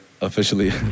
Officially